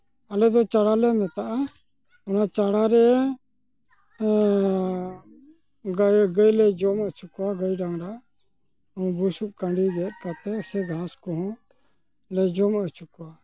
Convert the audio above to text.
ᱟᱞᱮ ᱫᱚ ᱪᱟᱲᱟ ᱞᱮ ᱢᱮᱛᱟᱜᱼᱟ ᱚᱱᱟ ᱪᱟᱲᱟ ᱨᱮ ᱜᱟᱹᱭ ᱜᱟᱹᱭ ᱞᱮ ᱡᱚᱢ ᱚᱪᱚ ᱠᱚᱣᱟ ᱜᱟᱹᱭ ᱰᱟᱝᱨᱟ ᱵᱩᱥᱩᱯ ᱠᱟᱺᱰᱤ ᱨᱮ ᱜᱮᱫ ᱠᱟᱛᱮᱫ ᱥᱮ ᱜᱷᱟᱸᱥ ᱠᱚᱦᱚᱸ ᱞᱮ ᱡᱚᱢ ᱚᱪᱚ ᱠᱚᱣᱟ